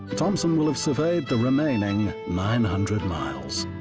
thompson will have surveyed the remaining nine hundred miles.